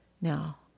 now